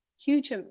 huge